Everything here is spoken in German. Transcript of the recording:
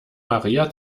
maria